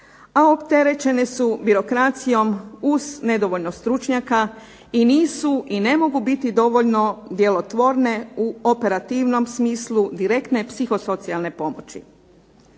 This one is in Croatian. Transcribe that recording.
a opterećene su birokracijom uz nedovoljno stručnjaka i nisu i ne mogu biti dovoljno djelotvorne u operativnom smislu direktne psihosocijalne pomoći.